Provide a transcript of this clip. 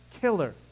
killer